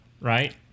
right